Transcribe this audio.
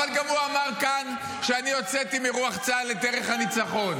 הוא אמר כאן שאני הוצאתי מרוח צה"ל את ערך הניצחון.